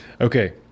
Okay